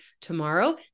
tomorrow